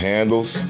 Handles